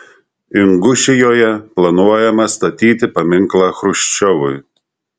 ingušijoje planuojama statyti paminklą chruščiovui